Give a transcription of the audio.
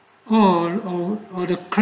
oh oh or the crab